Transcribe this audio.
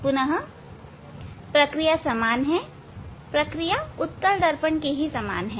पुनःयह प्रक्रिया समान है प्रक्रिया उत्तल दर्पण के समान ही है